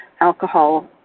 alcohol